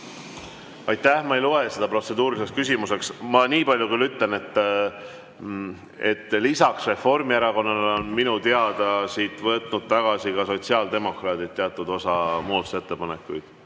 Aitäh! Ma ei loe seda protseduuriliseks küsimuseks. Ma nii palju küll ütlen, et lisaks Reformierakonnale on minu teada siit võtnud tagasi ka sotsiaaldemokraadid teatud osa muudatusettepanekuid.